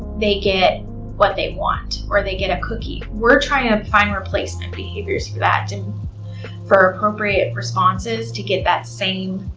they get what they want or they get a cookie. we're trying to find replacement behaviors for that, and for appropriate responses to get that same.